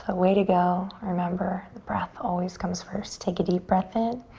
ah way to go. remember the breath always comes first. take a deep breath in.